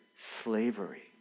slavery